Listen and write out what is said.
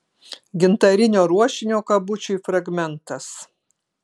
gintarinio ruošinio kabučiui fragmentas